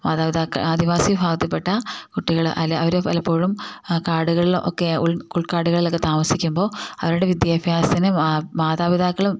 മാതാപിതാക്കൾ ആദിവാസി വിഭാഗത്തിൽ പെട്ട കുട്ടികൾ അതിൽ അവർ പലപ്പോഴും കാടുകളിൽ ഒക്കെ ഉൾക്കാടുകളിലൊക്കെ താമസിക്കുമ്പോൾ അവരുടെ വിദ്യാഭ്യാസത്തിന് മാതാപിതാക്കളും